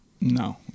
No